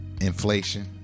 inflation